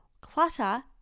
Clutter